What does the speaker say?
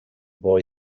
boy